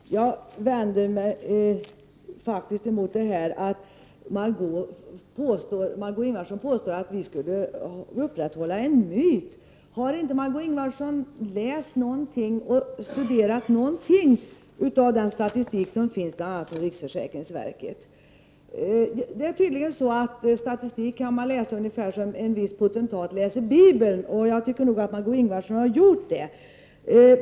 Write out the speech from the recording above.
Fru talman! Jag vänder mig faktiskt mot Margö Ingvardssons påstående att vi skulle upprätthålla en myt. Har inte Margö Ingvardsson läst eller studerat någonting av den statistik som finns från bl.a. riksförsäkringsverket? Det är tydligen så att statistik kan man läsa ungefär som en viss potentat läser Bibeln. Jag tycker att Margé Ingvardsson har gjort det.